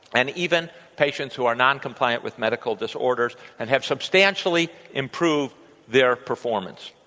and even patients who are noncompliant with medical disorders, and have substantially improved their performance.